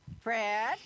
Fred